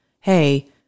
hey